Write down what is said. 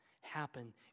happen